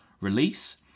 release